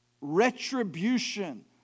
retribution